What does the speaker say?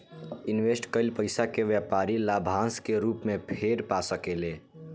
invest कईल पइसा के व्यापारी लाभांश के रूप में फेर पा सकेले